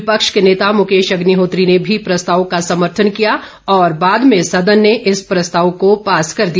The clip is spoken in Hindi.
विपक्ष के नेता मुकेश अग्निहोत्री ने भी प्रस्ताव का समर्थन किया और बाद में सदन ने इस प्रस्ताव को पास कर दिया